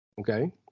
Okay